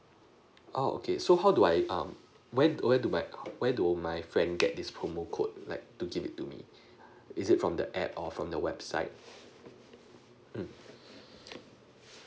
oh okay so how do I um when when do my when do my friend get this promo code like to give it to me is it from the app or from the website mm